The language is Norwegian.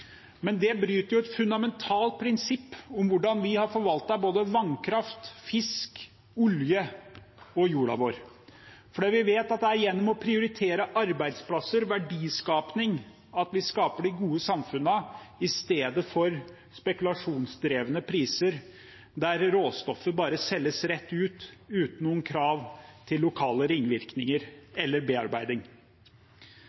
Det bryter jo med et fundamentalt prinsipp om hvordan vi har forvaltet både vannkraft, fisk, olje og jorda vår. Vi vet at det er gjennom å prioritere arbeidsplasser og verdiskaping at vi skaper de gode samfunnene, i stedet for spekulasjonsdrevne priser der råstoffet bare selges rett ut uten noen krav til lokale ringvirkninger